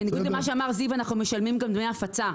בניגוד למה שאמר זיו אנחנו משלמים גם דמי הפצה,